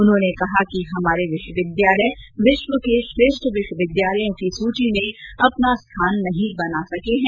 उन्होंने कहा हमारे विश्वविद्यालय विश्व के श्रेष्ठ विश्वविद्यालयों की सूची में अपना स्थान नहीं बना सके हैं